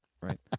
Right